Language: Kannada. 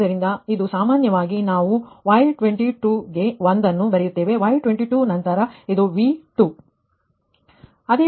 ಆದ್ದರಿಂದ ಇದು ಸಾಮಾನ್ಯವಾಗಿ ನಾವು Y22 ಕ್ಕೆ1 ಅನ್ನು ಬರೆಯುತ್ತೇವೆ Y22 ನಂತರ ಇದು V2